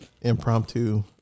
impromptu